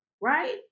right